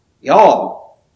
Y'all